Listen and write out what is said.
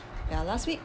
ya last week